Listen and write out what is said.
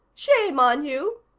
shame on you,